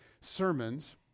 sermons